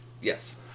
Yes